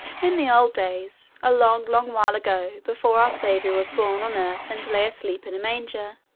in the old days, a long, long while ago, before our saviour was born on earth and lay asleep in a manger,